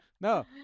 No